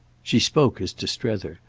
she spoke as to strether,